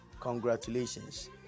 Congratulations